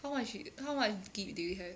how much how much G_B do you have